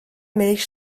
milch